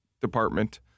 department